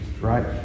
Right